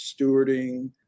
stewarding